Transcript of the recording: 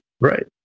right